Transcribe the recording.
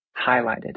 highlighted